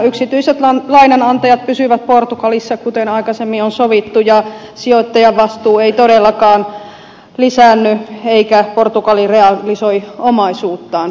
yksityiset lainanantajat pysyvät portugalissa kuten aikaisemmin on sovittu ja sijoittajavastuu ei todellakaan lisäänny eikä portugali realisoi omaisuuttaan